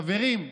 חברים,